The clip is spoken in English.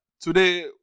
Today